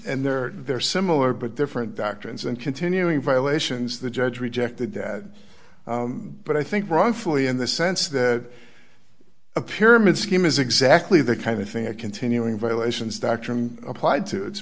and there are similar but different doctrines and continuing violations the judge rejected that but i think wrongfully in the sense that a pyramid scheme is exactly the kind of thing a continuing violations doctrine applied to